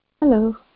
hello